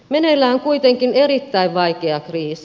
meneillään on kuitenkin erittäin vaikea kriisi